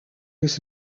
his